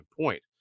point